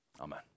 amen